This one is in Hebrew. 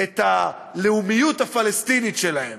את הלאומיות הפלסטינית שלהם?